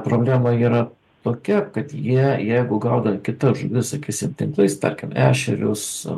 problema yra tokia kad jie jeigu gaudant kitas žuvis sakysim tinklais tarkim ešerius